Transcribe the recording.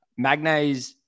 Magnes